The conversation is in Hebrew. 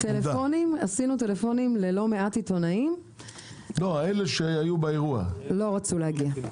עשינו טלפונים ללא מעט עיתונאים - לא רצו להגיע.